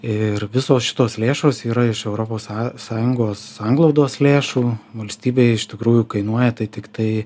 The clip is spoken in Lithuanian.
ir visos šitos lėšos yra iš europos sa sąjungos sanglaudos lėšų valstybei iš tikrųjų kainuoja tai tiktai